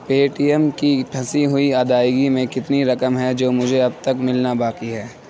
پے T M کی پھنسی ہوئی ادائیگی میں کتنی رقم ہے جو مجھے اب تک ملنا باقی ہے